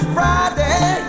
Friday